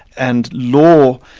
and law,